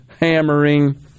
hammering